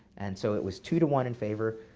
and so it was two to one in favor.